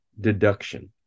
deduction